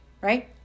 right